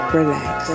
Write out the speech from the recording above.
relax